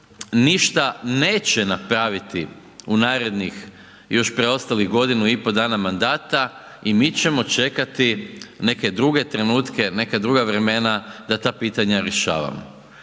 ništa neće napraviti u narednih još preostalih godinu i pol dana mandata i mi ćemo čekati neke druge trenutke, neka druga vremena da ta pitanja rješavamo.